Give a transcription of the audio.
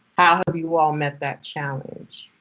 how have you all met that challenge?